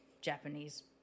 japanese